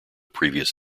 previous